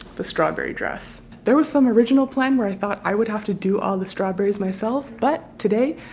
the strawberry dress! there was some original plan where i thought, i would have to do all the strawberries myself. but today,